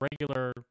regular